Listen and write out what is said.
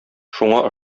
шуңа